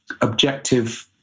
objective